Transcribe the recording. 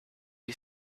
you